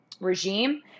regime